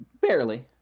Barely